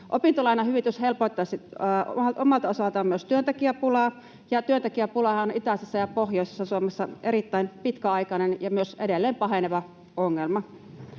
Opintolainahyvitys helpottaisi omalta osaltaan myös työntekijäpulaa, ja työntekijäpulahan on itäisessä ja pohjoisessa Suomessa erittäin pitkäaikainen ja myös edelleen paheneva ongelma.